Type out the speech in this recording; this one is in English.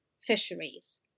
fisheries